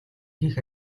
хийх